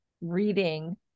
reading